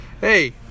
hey